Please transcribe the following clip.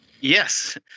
Yes